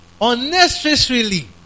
unnecessarily